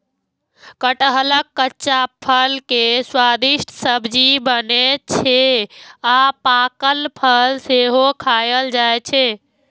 कटहलक कच्चा फल के स्वादिष्ट सब्जी बनै छै आ पाकल फल सेहो खायल जाइ छै